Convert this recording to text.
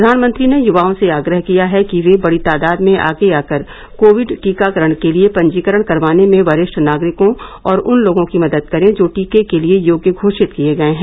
प्रधानमंत्री ने युवाओं से आग्रह किया है कि वे बड़ी तादाद में आगे आकर कोविड टीकाकारण के लिए पंजीकरण करवाने में वरिष्ठ नागरिकों और उन लोगों की मदद करें जो टीके के लिए योग्य घोषित किए गए हैं